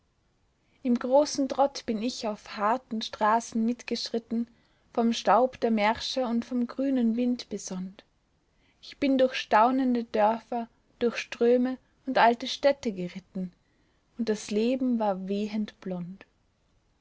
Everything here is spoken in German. im großen trott bin ich auf harten straßen mitgeschritten vom staub der märsche und vom grünen wind besonnt ich bin durch staunende dörfer durch ströme und alte städte geritten und das leben war wehend